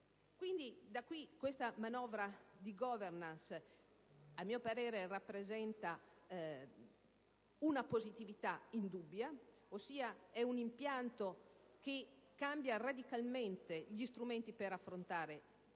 verificati. Questa manovra di *governance*, a mio parere, rappresenta una positività indubbia. È cioè un impianto che cambia radicalmente gli strumenti per affrontare